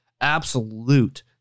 absolute